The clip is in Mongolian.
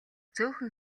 цөөхөн